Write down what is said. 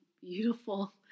beautiful